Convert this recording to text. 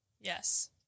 Yes